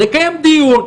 נקיים דיון,